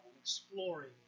exploring